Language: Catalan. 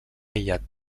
aïllat